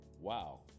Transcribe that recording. wow